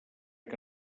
que